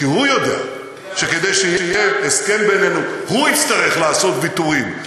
כי הוא יודע שכדי שיהיה הסכם בינינו הוא יצטרך לעשות ויתורים,